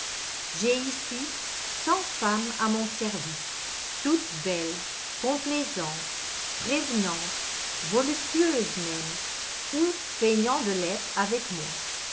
j'ai ici cent femmes à mon service toutes belles complaisantes prévenantes voluptueuses même ou feignant de l'être avec moi